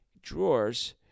drawers